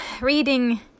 reading